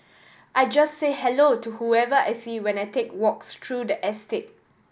I just say hello to whoever I see when I take walks through the estate